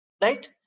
right